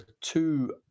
two